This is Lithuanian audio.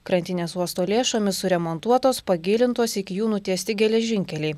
krantinės uosto lėšomis suremontuotos pagilintos iki jų nutiesti geležinkeliai